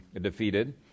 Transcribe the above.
defeated